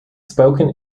spoken